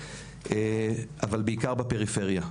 אבל בעיקר בפריפריה.